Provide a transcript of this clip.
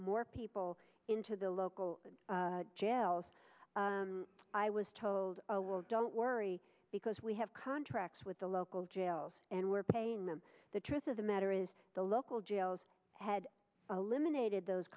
more people into the local jails i was told don't worry because we have contracts with the local jails and we're paying them the truth of the matter is the local jails had a limited those